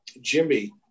Jimmy